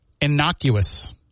innocuous